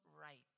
right